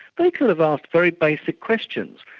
they could have asked very basic questions.